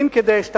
מפטירים כדאשתקד,